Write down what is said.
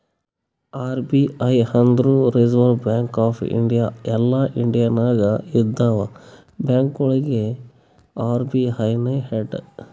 RBI ಅಂದುರ್ Reserve Bank of India ಎಲ್ಲಾ India ನಾಗ್ ಇದ್ದಿವ ಬ್ಯಾಂಕ್ಗೊಳಿಗ ಅರ್.ಬಿ.ಐ ನೇ ಹೆಡ್